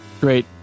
Great